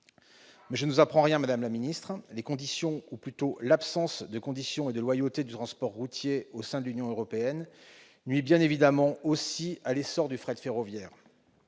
Mais je ne vous apprends rien, madame la secrétaire d'État. Les conditions, ou plutôt l'absence de conditions et de loyauté du transport routier au sein de l'Union européenne nuisent bien évidemment aussi à l'essor du fret ferroviaire.